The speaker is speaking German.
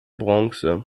bronze